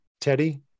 Teddy